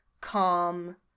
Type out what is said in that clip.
calm